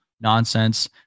nonsense